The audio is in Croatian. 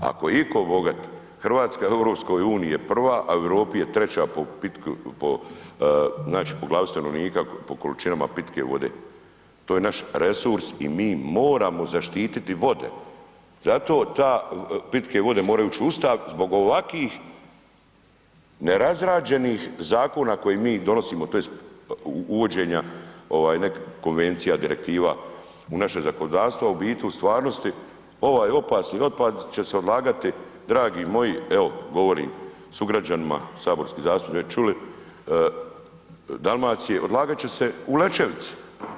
Ako je itko bogat, Hrvatska u EU je prva a u Europi je treća po pitkoj, znači po glavi stanovnika, po količinama pitke vode, to je naš resurs i mi moramo zaštiti vode, za to te pitke vode moraju ući u Ustav zbog ovakvih nerazrađenih zakona koje mi donosimo tj. uvođenja nekih konvencija, direktiva u naše zakonodavstvo a u biti u stvarnosti ovaj opasni otpad će se odlagati dragi moji, evo govorim sugrađanima, saborskim zastupnicima, ... Dalmacije, odlagati će se u Lećevici.